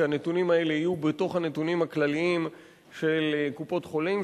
כי הנתונים האלה יהיו בתוך הנתונים הכלליים של קופות-חולים,